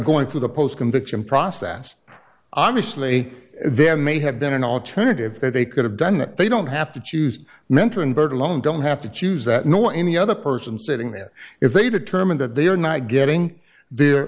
going through the post conviction process obviously there may have been an alternative that they could have done that they don't have to choose mentor and birdland don't have to choose that nor any other person sitting there if they determine that they are not getting their